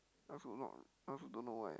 I also do not I also don't know why